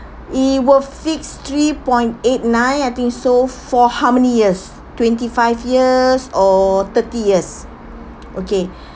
it will fixed three point eight nine I think so for how many years twenty five years or thirty years okay